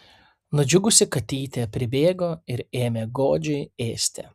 nudžiugusi katytė pribėgo ir ėmė godžiai ėsti